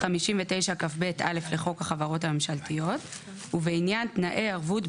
59 כב(א) לחוק החברות הממשלתיות ובעניין תנאי ערבות,